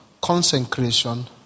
consecration